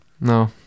no